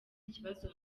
ikibazo